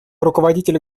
руководители